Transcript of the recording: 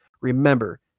Remember